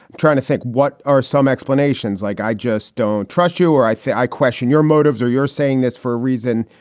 trying to think what are some explanations like i just don't trust you or i say i question your motives or you're saying this for a reason.